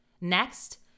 Next